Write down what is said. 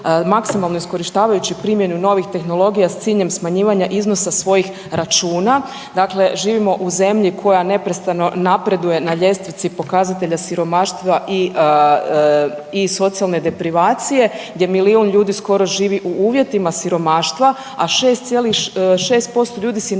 maksimalno iskorištavajući primjenu novih tehnologija s ciljem smanjivanja iznosa svojih računa. Dakle, živimo u zemlji koja neprestano napreduje na ljestvici pokazatelja siromaštva i socijalne deprivacije gdje milijun ljudi skoro živi u uvjetima siromaštva, a 6,6% si ljudi ne može